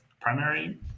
primary